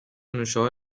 نوشابه